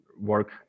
work